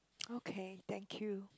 okay thank you